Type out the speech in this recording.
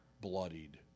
bloodied